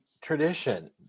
tradition